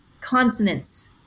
consonants